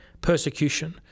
persecution